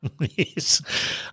Yes